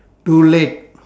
too late